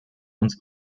uns